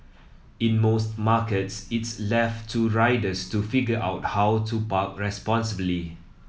in most markets it's left to riders to figure out how to park responsibly